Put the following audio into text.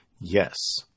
Yes